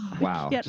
wow